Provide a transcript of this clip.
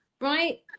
right